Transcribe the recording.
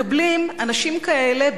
מקבלים אנשים כאלה,